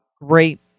Great